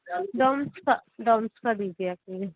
डोम्स का डोम्स का दीजिए असल में